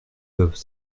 peuvent